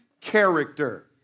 character